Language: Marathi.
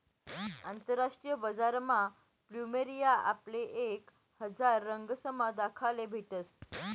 आंतरराष्ट्रीय बजारमा फ्लुमेरिया आपले एक हजार रंगसमा दखाले भेटस